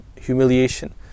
humiliation